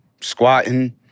squatting